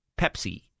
Pepsi